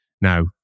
Now